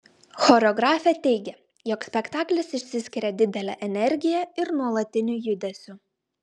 choreografė teigia jog spektaklis išsiskiria didele energija ir nuolatiniu judesiu